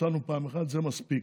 פיצלנו פעם אחת, זה מספיק.